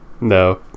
No